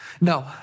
No